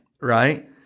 Right